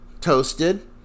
toasted